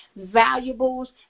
valuables